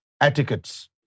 etiquettes